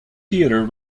theater